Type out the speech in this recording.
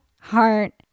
heart